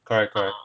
correct correct